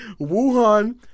Wuhan